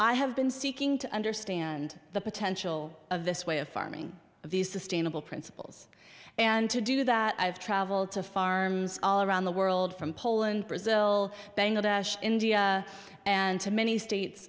i have been seeking to understand the potential of this way of farming these sustainable principles and to do that i have travelled to farms all around the world from poland brazil bangladesh india and to many states